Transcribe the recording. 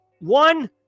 One